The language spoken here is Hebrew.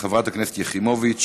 חברת הכנסת יחימוביץ,